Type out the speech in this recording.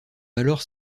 alors